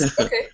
Okay